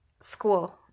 school